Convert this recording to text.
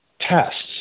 tests